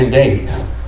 the, days.